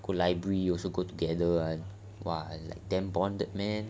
go library also go together [one] !wah! like damn bonded man